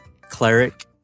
Cleric